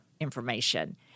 information